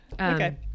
Okay